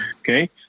okay